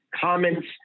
comments